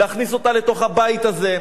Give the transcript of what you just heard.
להכניס אותה לתוך הבית הזה.